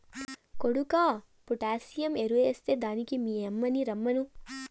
కొడుకా పొటాసియం ఎరువెస్తే దానికి మీ యమ్మిని రమ్మను